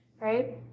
right